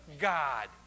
God